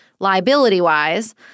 liability-wise